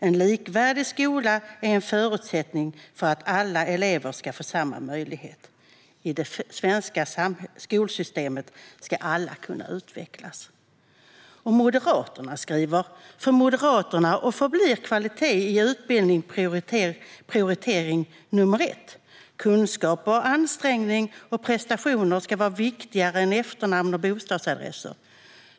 En likvärdig skola är en förutsättning för att alla elever ska få samma möjlighet. I det svenska skolsystemet ska alla kunna utvecklas. Och Moderaterna skriver: För Moderaterna förblir kvalitet i utbildning prioritet nummer ett. Kunskap, ansträngning och prestationer ska vara viktigare än efternamn och bostadsadresser.